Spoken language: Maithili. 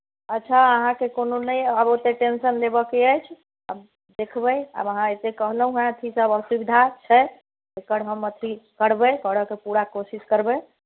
अच्छा अहाँके कोनो नहि आब ओतेक टेंशन लेबयके अछि आब देखबै आब अहाँ एतेक कहलहुँ हेँ कीसभ असुविधा छै ओकर हम अथी करबै करयके पूरा कोशिश करबै